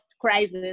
crisis